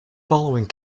following